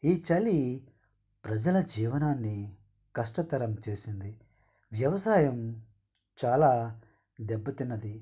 ఈ చలి ప్రజల జీవనాన్ని కష్టతరం చేసింది వ్యవసాయం చాలా దెబ్బతిన్నది